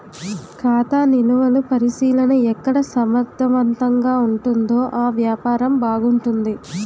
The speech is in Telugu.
ఖాతా నిలువలు పరిశీలన ఎక్కడ సమర్థవంతంగా ఉంటుందో ఆ వ్యాపారం బాగుంటుంది